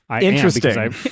interesting